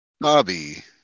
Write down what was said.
Bobby